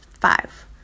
Five